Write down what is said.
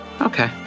Okay